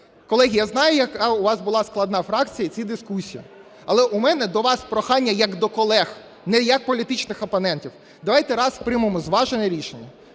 Колеги, я знаю, яка у вас була складна фракція і ці дискусії. Але у мене до вас прохання як до колег, не як політичних опонентів. Давайте раз приймемо зважене рішення,